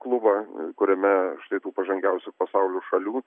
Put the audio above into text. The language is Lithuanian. klubą kuriame štai tų pažangiausių pasaulio šalių